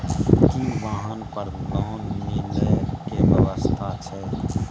की वाहन पर लोन मिले के व्यवस्था छै?